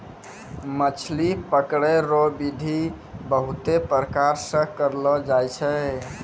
मछली पकड़ै रो बिधि बहुते प्रकार से करलो जाय छै